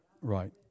Right